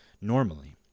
normally